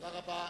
תודה רבה.